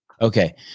okay